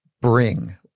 bring